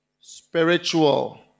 spiritual